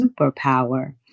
superpower